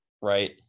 right